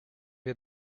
wir